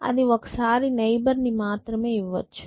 అది ఒకసారి నైబర్ ని మాత్రమే ఇవ్వచ్చు